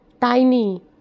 Tiny